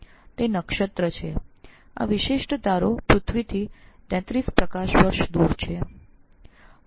આ એ નક્ષત્ર છે આ વિશિષ્ટ તારો પૃથ્વીથી 33 પ્રકાશ વર્ષ દૂર છે